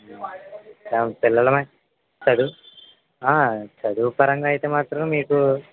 ఆ పిల్లలమే చదువు చదువు పరంగా అయితే మాత్రం మీకు